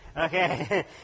Okay